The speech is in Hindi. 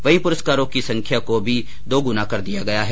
वहीं पुरस्कारों की संख्या को भी दोगुना कर दिया गया है